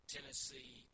Tennessee